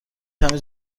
کمی